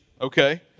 okay